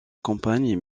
compagne